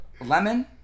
lemon